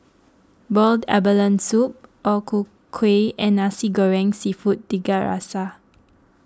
Boiled Abalone Soup O Ku Kueh and Nasi Goreng Seafood Tiga Rasa